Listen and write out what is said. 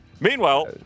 Meanwhile